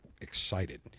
excited